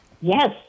Yes